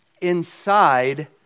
inside